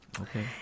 Okay